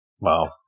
Wow